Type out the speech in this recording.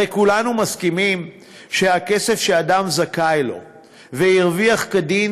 הרי כולנו מסכימים שהכסף שאדם זכאי לו והרוויח כדין